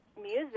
music